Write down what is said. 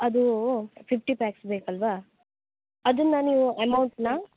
ಅದು fifty packs ಬೇಕಲ್ವಾ ಅದು ನಾನು ಅಮೌಂಟ್ನ